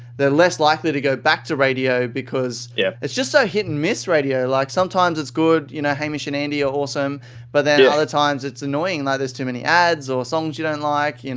they're less likely to go back to radio because yeah it's just so hit and miss, radio. like sometimes it's good you know hamish and andy are awesome but yeah other times it's annoying, like there's too many ads or songs you don't like. and